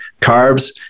carbs